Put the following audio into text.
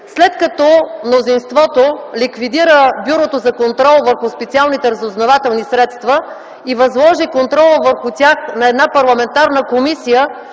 След като мнозинството ликвидира Бюрото за контрол върху специалните разузнавателни средства и възложи контрола върху тях на една парламентарна комисия,